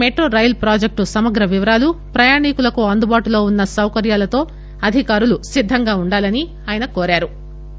metro రైలు ప్రాజెక్లు సమగ్ర వివరాలు ప్రయాణీకులకు అందుబాటులో వున్న సౌకర్యాలతో అధికారులు సిద్దంగా ఉండాలని ఆయన కోరారు